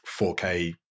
4K